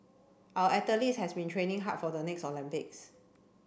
our athletes has been training hard for the next Olympics